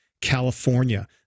California